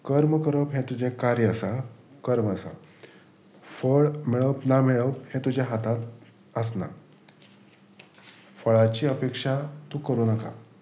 कर्म करप हें तुजें कार्य आसा कर्म आसा फळ मेळप ना मेळप हें तुज्या हातांत आसना फळाची अपेक्षा तूं करूं नाका